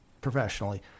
professionally